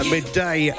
Midday